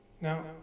Now